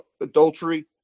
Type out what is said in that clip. adultery